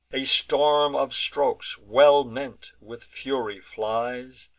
a storm of strokes, well meant, with fury flies,